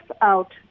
out